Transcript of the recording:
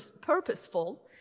purposeful